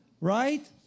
right